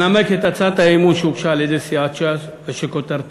אנמק את הצעת האי-אמון שהוגשה על-ידי סיעת ש"ס ושכותרתה: